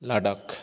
Ladakh